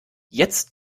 jetzt